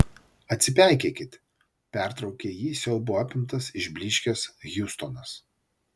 atsipeikėkit pertraukė jį siaubo apimtas išblyškęs hiustonas